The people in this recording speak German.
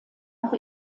auch